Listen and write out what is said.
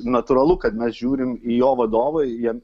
natūralu kad mes žiūrim į jo vadovą jam